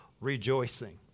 rejoicing